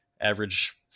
average